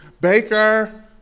Baker